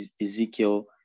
Ezekiel